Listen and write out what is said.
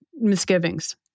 misgivings